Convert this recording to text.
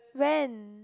when